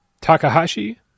Takahashi